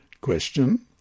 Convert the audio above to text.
Question